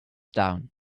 down